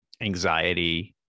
anxiety